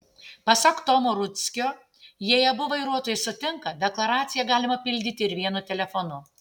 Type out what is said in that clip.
pasak tomo rudzkio jei abu vairuotojai sutinka deklaraciją galima pildyti ir vienu telefonu